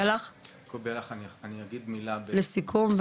מילה לסיכום.